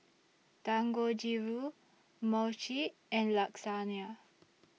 Dangojiru Mochi and